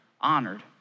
honored